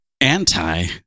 anti